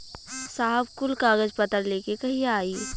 साहब कुल कागज पतर लेके कहिया आई?